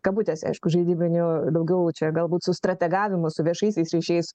kabutėse aišku žaidybinių daugiau čia galbūt su strategavimu su viešaisiais ryšiais